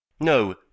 No